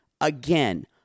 Again